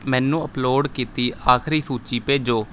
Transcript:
ਮੈਨੂੰ ਅਪਲੋਡ ਕੀਤੀ ਆਖਰੀ ਸੂਚੀ ਭੇਜੋ